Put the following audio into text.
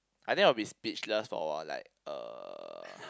I think I will be speechless for a while like uh